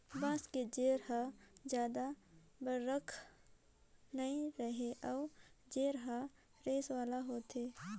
बांस के जेर हर जादा बड़रखा नइ रहें अउ जेर हर रेसा वाला होथे